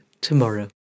Tomorrow